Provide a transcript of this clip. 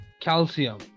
calcium